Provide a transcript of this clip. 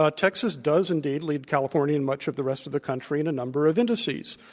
ah texas does indeed lead california and much of the rest of the country in a number of indices.